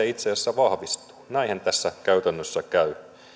itse asiassa vahvistuu näinhän tässä käytännössä käy